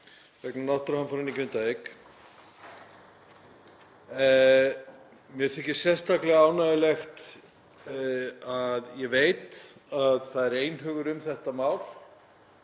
vegna náttúruhamfaranna í Grindavík. Mér þykir sérstaklega ánægjulegt að ég veit að það er einhugur um þetta mál